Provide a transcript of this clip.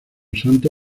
santo